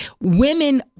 Women